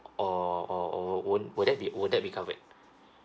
or or or won't would that be would that be covered